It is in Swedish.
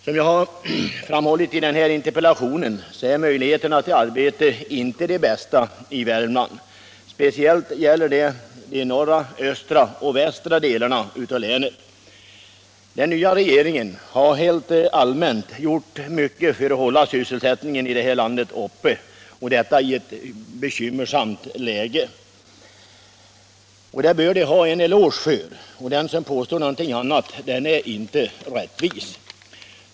Som jag har framhållit i interpellationen är möjligheterna till arbete inte de bästa i Värmland. Speciellt gäller det norra, östra och västra delarna av länet. Den nya regeringen har rent allmänt gjort mycket för att hålla sysselsättningen här i landet uppe, och detta i ett bekymmersamt läge. Det bör den ha en eloge för. Den som påstår något annat är inte rättvis.